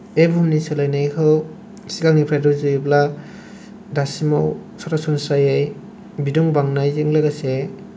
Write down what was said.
बे बुहुमनि सोलायनायखौ सिगांनिफ्रायथ' जेब्ला दासिमाव जायै बिदों बांनायजो लोगोसे